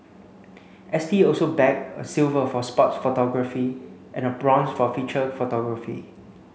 S T also bagged a silver for sports photography and a bronze for feature photography